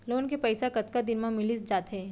Loan के पइसा कतका दिन मा मिलिस जाथे?